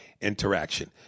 interaction